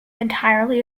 entirely